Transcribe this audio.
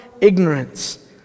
ignorance